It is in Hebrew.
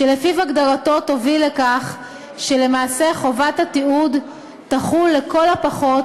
שלפי הגדרתו תוביל לכך שלמעשה חובת התיעוד תחול לכל הפחות